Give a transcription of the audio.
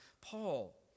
Paul